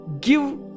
Give